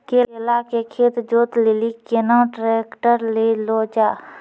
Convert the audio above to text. केला के खेत जोत लिली केना ट्रैक्टर ले लो जा?